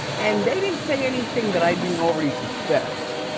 and they didn't say anything that i didn't already suspect.